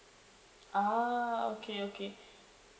ah okay okay